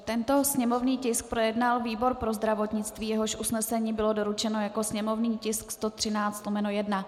Tento sněmovní tisk projednal výbor pro zdravotnictví, jehož usnesení bylo doručeno jako sněmovní tisk 113/1.